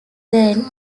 then